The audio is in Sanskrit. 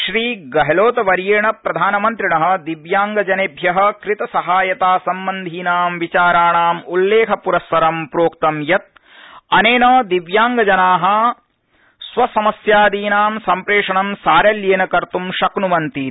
श्री गहलोतवर्येण प्रधानमन्त्रिण दिव्यांगजनेभ्य कृतसहायता सम्बंधीनां विचाराणाम् उल्लेखपुरस्सरं प्रोक्तं यत् नेन दिव्यांगजना स्वसमस्यादीनां सम्प्रेषणं सारल्येन कर्तुं शक्नुवन्तीति